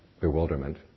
bewilderment